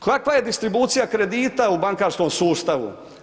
Kakva je distribucija kredita u bankarskom sustavu?